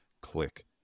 click